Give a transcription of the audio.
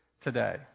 today